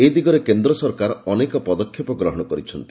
ଏ ଦିଗରେ କେନ୍ଦ୍ର ସରକାର ଅନେକ ପଦକ୍ଷେପ ଗ୍ରହଣ କରିଛନ୍ତି